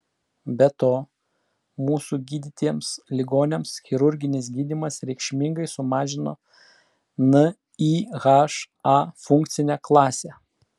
be to mūsų gydytiems ligoniams chirurginis gydymas reikšmingai sumažino nyha funkcinę klasę